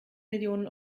millionen